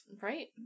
Right